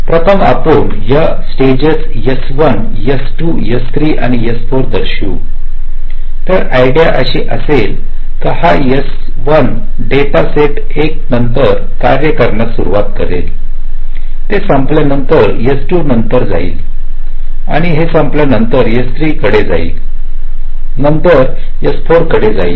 प्रथम आपण या स्टेजेस S1 S2 S3 आणि S4 दर्शवू तर आयडिया अशी असेल हा S1 डेटा सेट 1 नंतर कार्य करण्यास सुरवात करेल ते संपल्यानंतर S2 नंतर जाईल आणि हे संपल्या नंतर ते S3 कडे जाईल नंतर ते S4 कडे जाईल